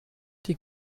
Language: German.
die